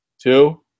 two